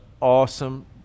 awesome